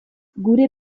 gure